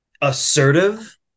assertive